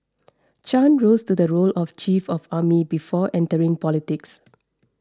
Chan rose to the role of chief of army before entering politics